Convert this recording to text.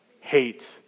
hate